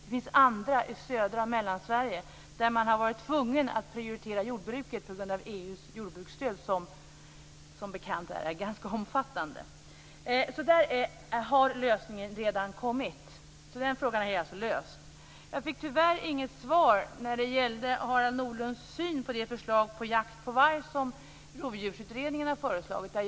Det finns andra länsstyrelser i södra och mellersta Sverige där man har varit tvungen att prioritera jordbruket på grund av EU:s jordbruksstöd. Det är ju som bekant ganska omfattande. Lösningen har alltså redan kommit. Den frågan är löst. Jag fick tyvärr inget svar när det gällde Harald Nordlunds syn på det förslag om jakt på varg som Rovdjursutredningen har lagt fram.